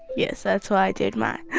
yes. that's why i did my